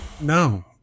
No